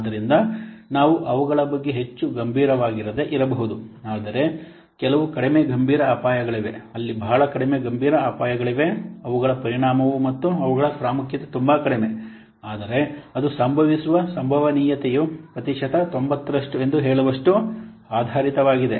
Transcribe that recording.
ಆದ್ದರಿಂದ ನಾವು ಅದರ ಬಗ್ಗೆ ಹೆಚ್ಚು ಗಂಭೀರವಾಗಿರದೆ ಇರಬಹುದು ಆದರೆ ಕೆಲವು ಕಡಿಮೆ ಗಂಭೀರ ಅಪಾಯಗಳಿವೆ ಅಲ್ಲಿ ಬಹಳ ಕಡಿಮೆ ಗಂಭೀರ ಅಪಾಯಗಳಿವೆ ಅವುಗಳ ಪರಿಣಾಮವು ಮತ್ತು ಅವುಗಳ ಪ್ರಾಮುಖ್ಯತೆ ತುಂಬಾ ಕಡಿಮೆ ಆದರೆ ಅದು ಸಂಭವಿಸುವ ಸಂಭವನೀಯತೆಯು ಪ್ರತಿಶತ 90ರಷ್ಟು ಎಂದು ಹೇಳುವಷ್ಟು ಆಧಾರಿತವಾಗಿದೆ